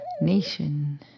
nation